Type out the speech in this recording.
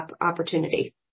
opportunity